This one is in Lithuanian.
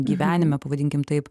gyvenime pavadinkim taip